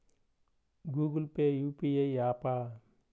Google Pay UPI య్యాపా?